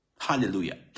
Hallelujah